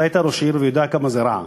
אתה היית ראש עיר ואתה יודע כמה זה רע.